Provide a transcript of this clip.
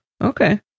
Okay